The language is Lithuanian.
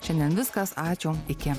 šiandien viskas ačiū iki